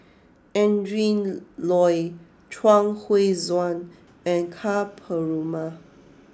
Adrin Loi Chuang Hui Tsuan and Ka Perumal